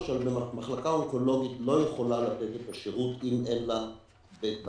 מחלקה אונקולוגית לא יכולה לתת את השירות אם אין לה בתשתית